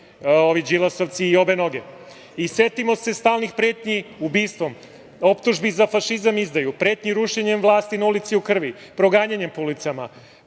đilasovci i obe noge. Setimo se stalnih pretnji ubistvom, optužbi za fašizam i izdaju, pretnji rušenjem vlasti na ulici u krvi, proganjanjem po ulicama,